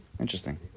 Interesting